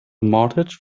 mortgage